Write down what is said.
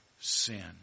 sin